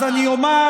אז אני אומר,